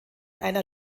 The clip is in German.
einer